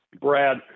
Brad